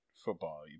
football